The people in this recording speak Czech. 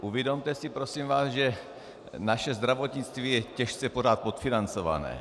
Uvědomte si prosím vás, že naše zdravotnictví je těžce pořád podfinancované.